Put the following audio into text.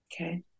Okay